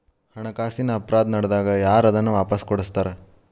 ಹಣಕಾಸಿನ್ ಅಪರಾಧಾ ನಡ್ದಾಗ ಯಾರ್ ಅದನ್ನ ವಾಪಸ್ ಕೊಡಸ್ತಾರ?